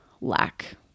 lack